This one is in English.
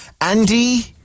Andy